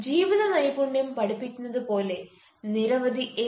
ജീവിത നൈപുണ്യം പഠിപ്പിക്കുന്നതുപോലെ നിരവധി എൻ